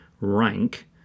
rank